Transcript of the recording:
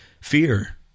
fear